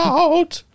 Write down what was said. out